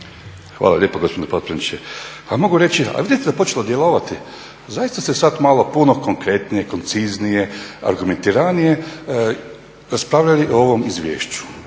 Hvala lijepo gospodine potpredsjedniče. Pa mogu reći a vidite da je počelo djelovati. Zaista ste sada malo puno konkretnije, konciznije, argumentiranije raspravljali o ovom izvješću